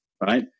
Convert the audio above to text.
right